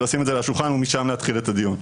לשים את זה על השולחן ומשם להתחיל את הדיון.